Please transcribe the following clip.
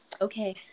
Okay